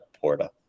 Porta